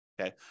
okay